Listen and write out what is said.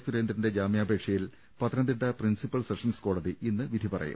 സുരേന്ദ്രന്റെ ജാമ്യാപേക്ഷയിൽ Pathanamthitta principal sessions കോടതി ഇന്ന് വിധി പറയും